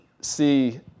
see